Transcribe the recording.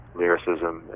lyricism